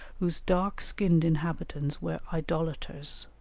whose dark-skinned inhabitants were idolaters